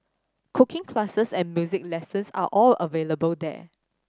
cooking classes and music lessons are all available there